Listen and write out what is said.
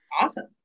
Awesome